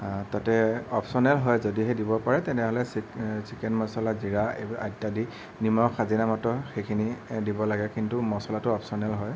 তাতে অবচনেল হয় যদিহে দিব পাৰে তেনেহ'লে চিকেন মচলা জিৰা এইবোৰ ইত্যাদি নিমখ আজিনামোটো সেইখিনি দিব লাগে কিন্তু মচলাটো অবচনেল হয়